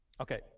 Okay